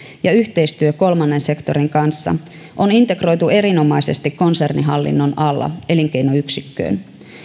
ja yhteistyö kolmannen sektorin kanssa on integroitu erinomaisesti konsernihallinnon alla elinkeinoyksikköön